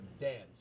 dance